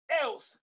else